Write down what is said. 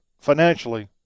financially